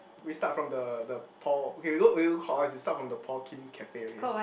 we start from the the Paul okay we go we go clockwise we start from the Paul Kim's cafe okay